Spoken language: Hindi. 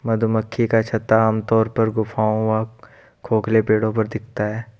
मधुमक्खी का छत्ता आमतौर पर गुफाओं व खोखले पेड़ों पर दिखता है